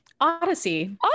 odyssey